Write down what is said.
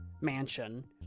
mansion